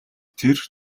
тэр